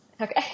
Okay